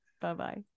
Bye-bye